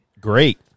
Great